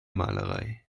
malerei